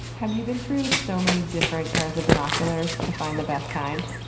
have you been through so many different pairs of binoculars to find the best kind?